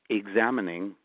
examining